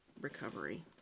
recovery